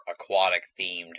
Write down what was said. aquatic-themed